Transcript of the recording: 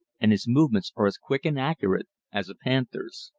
and his movements are as quick and accurate as a panther's.